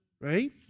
right